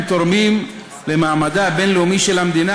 תורמים למעמדה הבין-לאומי של המדינה,